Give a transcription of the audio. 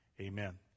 Amen